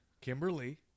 Kimberly